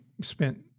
spent